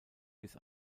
bis